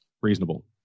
Reasonable